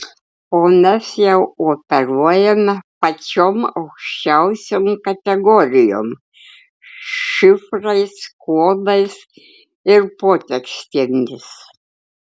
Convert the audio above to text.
o mes jau operuojame pačiom aukščiausiom kategorijom šifrais kodais ir potekstėmis